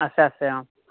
আছে আছে অঁ